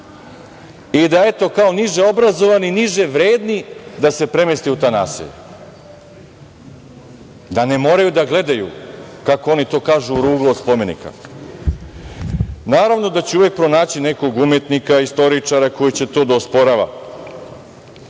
i da, eto, kao niže obrazovani i niže vredni da se premesti u ta naselja, da ne moraju da gledaju, kako oni to kažu, ruglo od spomenika. Naravno da će uvek pronaći nekog umetnika, istoričara koji će to da osporava,